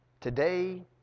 Today